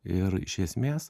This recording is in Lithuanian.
ir iš esmės